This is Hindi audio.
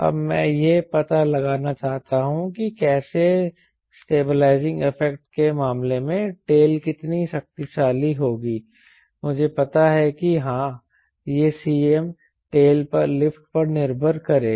अब मैं यह पता लगाना चाहता हूं कि कैसे स्टेबलाइजिंग इफेक्ट के मामले में टेल कितनी शक्तिशाली होगी मुझे पता है कि हां यह Cm टेल पर लिफ्ट पर निर्भर करेगा